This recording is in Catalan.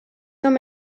com